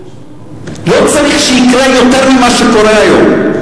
לא צריך שיקרה יותר ממה שקורה היום.